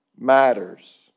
matters